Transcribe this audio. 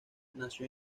nació